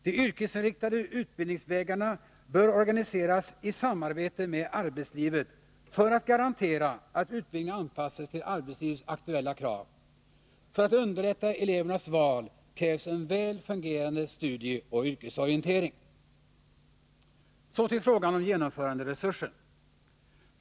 De yrkesinriktade utbildningsvägarna bör organiseras i samarbete med arbetslivet för att garantera att utbildningen anpassas till arbetslivets aktuella krav. För att underlätta elevernas val krävs en väl fungerande studieoch yrkesorientering. Så till frågan om genomföranderesursen!